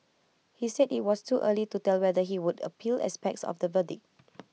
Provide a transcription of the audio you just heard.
he said IT was too early to tell whether he would appeal aspects of the verdict